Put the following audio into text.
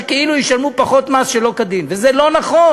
שכאילו ישלמו פחות מס שלא כדין וזה לא נכון.